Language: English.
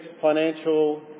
financial